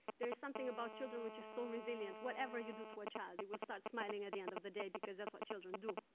there is something about children which is so resilient. whatever you do to a child, it will start smiling at the end of the day because that's what children do.